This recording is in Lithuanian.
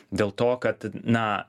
dėl to kad na